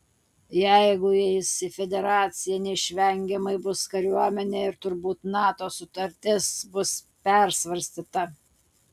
jeigu įeis į federaciją neišvengiamai bus kariuomenė ir turbūt nato sutartis bus persvarstyta